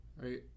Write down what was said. right